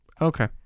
Okay